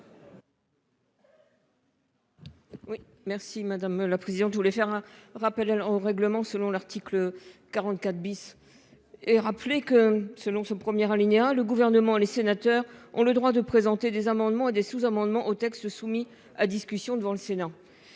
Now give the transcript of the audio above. merci madame la présidente, je voulais faire un rappel au règlement, selon l'article 44 bis. Et rappeler que selon ce premier alinéa. Le gouvernement, les sénateurs ont le droit de présenter des amendements, des sous amendements au texte soumis à discussion devant le Sénat.